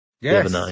Yes